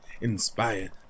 inspired